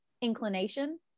inclination